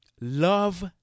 love